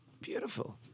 Beautiful